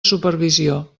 supervisió